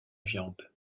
viande